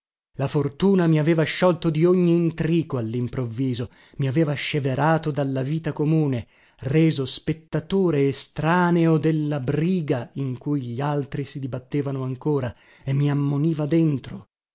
la fortuna mi aveva sciolto di ogni intrico allimprovviso mi aveva sceverato dalla vita comune reso spettatore estraneo della briga in cui gli altri si dibattevano ancora e mi ammoniva dentro